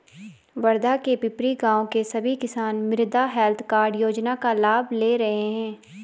वर्धा के पिपरी गाँव के सभी किसान मृदा हैल्थ कार्ड योजना का लाभ ले रहे हैं